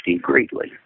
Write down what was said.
greatly